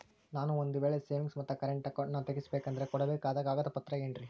ನಾನು ಒಂದು ವೇಳೆ ಸೇವಿಂಗ್ಸ್ ಮತ್ತ ಕರೆಂಟ್ ಅಕೌಂಟನ್ನ ತೆಗಿಸಬೇಕಂದರ ಕೊಡಬೇಕಾದ ಕಾಗದ ಪತ್ರ ಏನ್ರಿ?